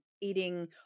eating